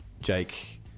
Jake